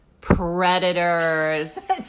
predators